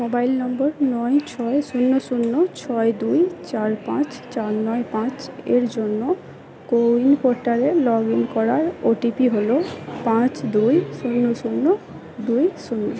mobile number নয় ছয় শূন্য শূন্য ছয় দুই চার পাঁচ চার নয় পাঁচ এর জন্য কোউইন পোর্টালে লগ ইন করার ওটিপি হল পাঁচ দুই শূন্য শূন্য দুই শূন্য